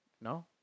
No